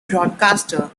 broadcaster